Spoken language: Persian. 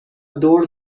دور